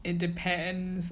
it depends